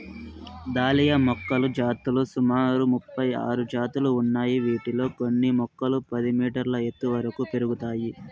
dahlia మొక్కల జాతులు సుమారు ముపై ఆరు జాతులు ఉన్నాయి, వీటిలో కొన్ని మొక్కలు పది మీటర్ల ఎత్తు వరకు పెరుగుతాయి